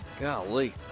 Golly